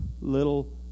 little